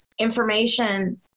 information